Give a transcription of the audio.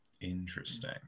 Interesting